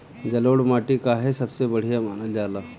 जलोड़ माटी काहे सबसे बढ़िया मानल जाला?